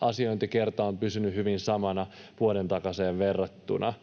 asiointikertojen määrä on pysynyt hyvin samana vuoden takaiseen verrattuna.